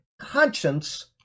conscience